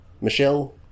Michelle